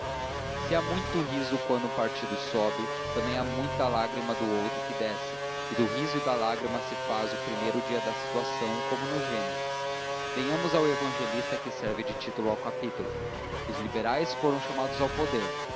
se há muito riso quando um partido sobe também há muita lágrima do outro que desce e do riso e da lágrima se faz o primeiro dia da situação como no gênesis venhamos ao evangelista que serve de título ao capítulo os liberais foram chamados ao poder